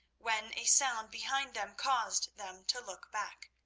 when a sound behind them caused them to look back.